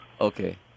Okay